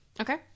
Okay